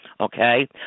Okay